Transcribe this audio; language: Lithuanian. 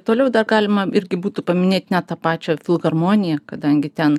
toliau dar galima irgi būtų paminėt net tą pačią filharmoniją kadangi ten